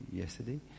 yesterday